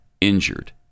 injured